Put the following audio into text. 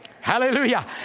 Hallelujah